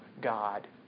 God